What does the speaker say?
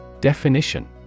Definition